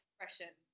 expression